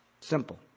Simple